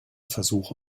versuch